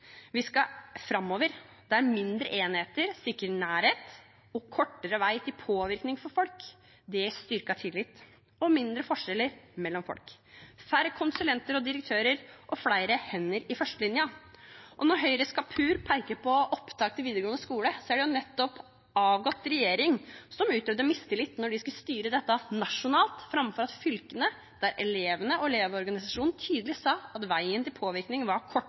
Vi skal framover, der mindre enheter sikrer nærhet og kortere vei til påvirkning for folk. Det gir styrket tillit og mindre forskjeller mellom folk, færre konsulenter og direktører og flere hender i førstelinja. Og når Høyres Kapur peker på opptak til videregående skole, er det jo nettopp avgått regjering som utøver mistillit når de skal styre dette nasjonalt framfor å la fylkene gjøre det, der elevene og elevorganisasjonen tydelig sa at veien til påvirkning var